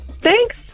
thanks